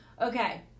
Okay